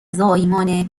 زایمان